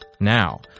Now